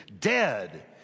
Dead